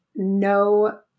No